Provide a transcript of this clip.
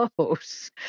close